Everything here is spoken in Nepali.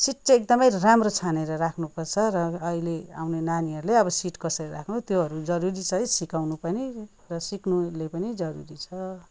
सिड चाहिँ एकदमै राम्रो छानेर राख्नुपर्छ र अहिले आउने नानीहरूले अब सिड कसरी राख्नु त्योहरू जरुरी छ है सिकाउनु पनि र सिक्नुले पनि जरुरी छ